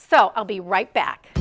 so i'll be right back